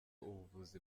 ubuvuzi